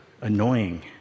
annoying